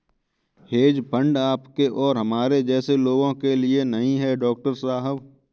hedge fund आपके और हमारे जैसे लोगों के लिए नहीं है, डॉक्टर साहब